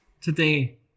Today